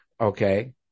Okay